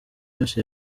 yose